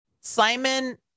Simon